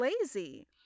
lazy